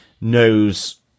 knows